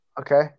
Okay